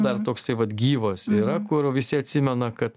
dar toksai vat gyvas yra kur visi atsimena kad